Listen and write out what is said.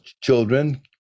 children